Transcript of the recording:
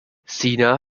sina